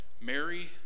Mary